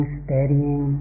steadying